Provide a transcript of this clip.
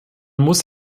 muss